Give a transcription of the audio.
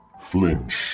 Flinch